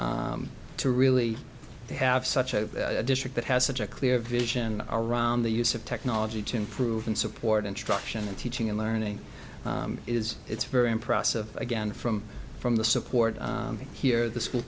o to really have such a district that has such a clear vision around the use of technology to improve and support instruction and teaching and learning is it's very impressive again from from the support here the school